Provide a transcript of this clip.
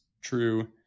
true